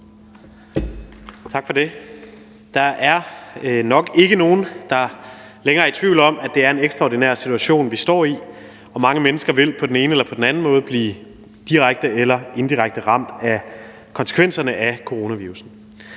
Tak for det. Der er nok ikke nogen, der længere er i tvivl om, at det er en ekstraordinær situation, vi står i, og mange mennesker vil på den ene eller på den anden måde blive direkte eller indirekte ramt af konsekvenserne af coronavirussen.